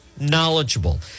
knowledgeable